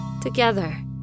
together